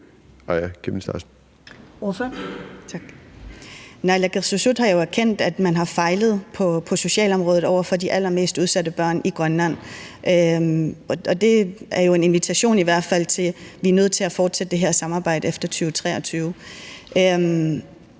Naalakkersuisut har jo erkendt, at man har fejlet på socialområdet over for de allermest udsatte børn i Grønland, og det er jo i hvert fald en invitation til, at vi er nødt til at fortsætte det her samarbejde efter 2023.